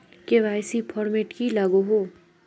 KYC format की लागोहो?